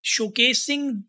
Showcasing